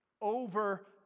over